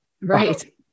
Right